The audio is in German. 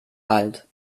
alt